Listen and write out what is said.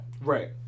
Right